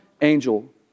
angel